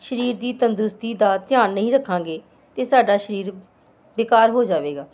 ਸਰੀਰ ਦੀ ਤੰਦਰੁਸਤੀ ਦਾ ਧਿਆਨ ਨਹੀਂ ਰੱਖਾਂਗੇ ਅਤੇ ਸਾਡਾ ਸਰੀਰ ਬੇਕਾਰ ਹੋ ਜਾਵੇਗਾ